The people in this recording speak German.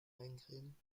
eincremen